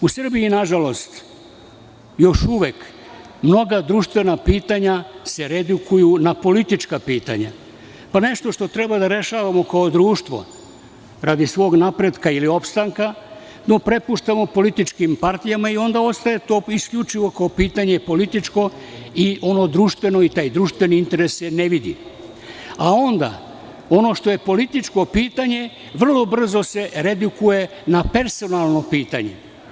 U Srbiji, nažalost, još uvek mnoga društvena pitanja se redukuju na politička pitanja, pa nešto što treba da rešavamo kao društvo, radi svog napretka ili opstanka, prepuštamo političkim partijama i onda ostaje to isključivo kao pitanje političko i ono društveno i taj društveni interes se ne vidi, a onda ono što je političko pitanje, vrlo brzo se redukuje na personalno pitanje.